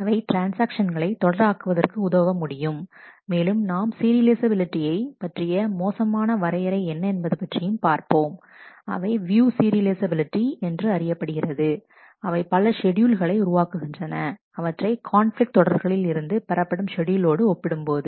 அவை ட்ரான்ஸ்ஆக்ஷன்களை தொடர் ஆக்குவதற்கு உதவ முடியும் மேலும் நாம் சீரியலைஃசபிலிட்டியை பற்றிய மோசமான வரையறை என்ன என்பது பற்றியும் பார்ப்போம் அவை வியூ சீரியலைஃசபிலிட்டி என்று அறியப்படுகிறது அவை பல ஷெட்யூல்களை உருவாக்குகின்றன அவற்றை கான்பிலிக்ட் தொடர்களில் இருந்து பெறப்படும் ஷெட்யூலோடு ஒப்பிடும்போது